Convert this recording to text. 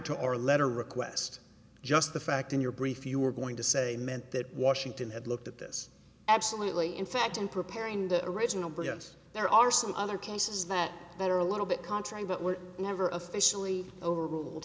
to our letter request just the fact in your brief you were going to say meant that washington had looked at this absolutely in fact in preparing the original brilliance there are some other cases that better a little bit contrary but we're never officially overruled